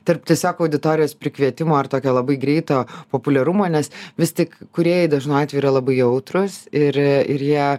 tarp tiesiog auditorijos prikvietimo ar toki labai greito populiarumo nes vis tik kūrėjai dažnu atveju yra labai jautrūs ir ir jie